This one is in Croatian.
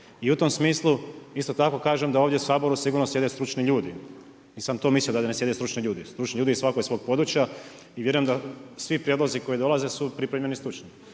I u tom smislu isto tako kažem da ovdje u Saboru sigurno sjede stručni ljudi. Nisam to mislio da ne sjede stručni ljudi, stručni ljudi svako iz svog područja, i vjerujem da svi prijedlozi koji dolaze su pripremljeni stručni.